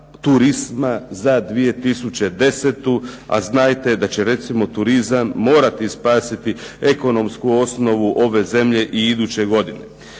turizma za 2010., a znajte da će recimo turizam morati spasiti ekonomsku osnovu ove zemlje i iduće godine.